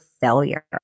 failure